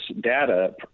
data